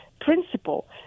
principle